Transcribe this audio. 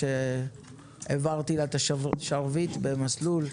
שהעברתי לה את השרביט במסלול,